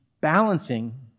balancing